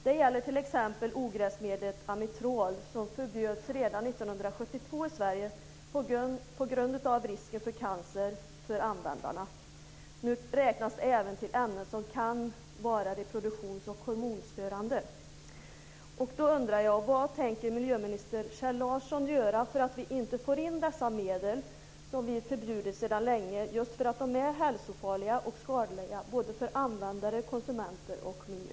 Det gäller t.ex. ogräsmedlet amitrole, som förbjöds redan 1972 i Sverige på grund av risken för cancer för användarna. Nu räknas det även till ämnen som kan vara reproduktions och hormonstörande. Larsson göra för att vi inte ska få in dessa medel som vi har förbjudit sedan länge just därför att de är hälsofarliga och skadliga för både användare, konsumenter, och miljö?